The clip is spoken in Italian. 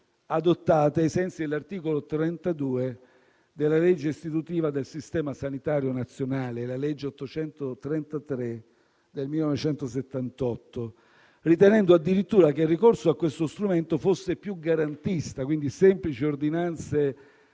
adottate ai sensi dell'articolo 32 della legge istitutiva del Sistema sanitario nazionale (la legge n. 833 del 1978), ritenendo addirittura che il ricorso a questo strumento fosse più garantista (semplici ordinanze